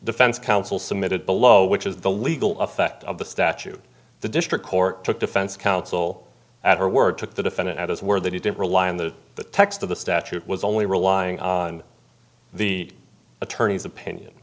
defense counsel submitted below which is the legal effect of the statute the district court took defense counsel at her word took the defendant at his word that he didn't rely on the text of the statute was only relying on the attorney's opinion